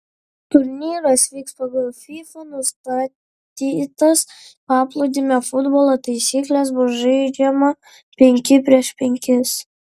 turnyras vyks pagal fifa nustatytas paplūdimio futbolo taisykles bus žaidžiama penki prieš penkis